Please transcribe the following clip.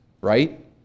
right